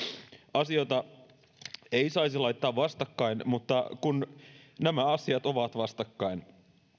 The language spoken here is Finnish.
asioita ei saisi laittaa vastakkain mutta kun nämä asiat ovat vastakkain